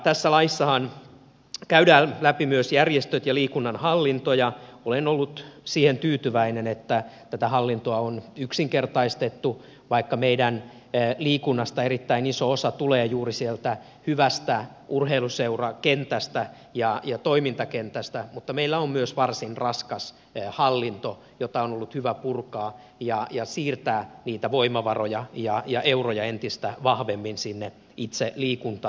tässä laissahan käydään läpi myös järjestöt ja liikunnan hallinto ja olen ollut siihen tyytyväinen että tätä hallintoa on yksinkertaistettu vaikka meidän liikunnasta erittäin iso osa tulee juuri sieltä hyvästä urheiluseurakentästä ja toimintakentästä mutta meillä on myös varsin raskas hallinto jota on ollut hyvä purkaa ja siirtää niitä voimavaroja ja euroja entistä vahvemmin sinne itse liikuntaan ja urheiluun